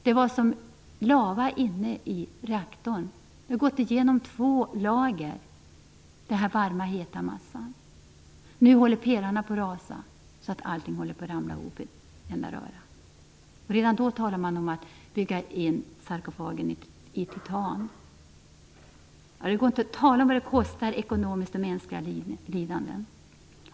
Det var som lava inne i reaktorn. Den heta massan hade gått igenom två lager. Nu håller pelarna på att rasa så att allting ramlar ihop i en enda röra. Redan då talade man om att bygga in sarkofagen i titan. Det går inte att tala om vad det kostar ekonomiskt och i mänskliga lidanden.